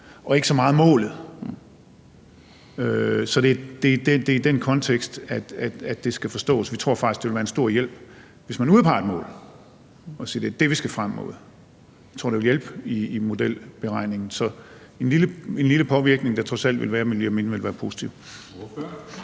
og ikke så meget målet. Så det er i den kontekst, det skal forstås. Vi tror faktisk, det ville være en stor hjælp, hvis man udpegede et mål og sagde: Det er det, vi skal frem mod. Jeg tror, det ville hjælpe i modelberegningen. Så det er en lille påvirkning, der trods alt, ville jeg mene, ville være positiv.